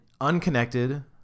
unconnected